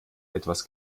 etwas